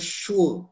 sure